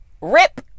Rip